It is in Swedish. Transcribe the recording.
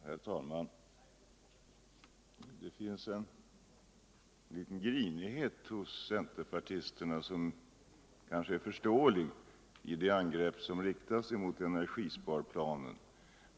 Herr talman! Det finns i de här frågorna något av en grinighet hos centerpartisterna, men den kanske är förståelig med tanke på de angrepp som riktas emot energisparplanen.